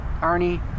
Arnie